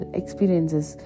experiences